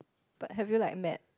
but have you like met